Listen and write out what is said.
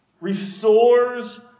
restores